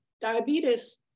diabetes